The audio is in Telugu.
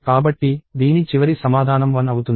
కాబట్టి దీని చివరి సమాధానం 1 అవుతుంది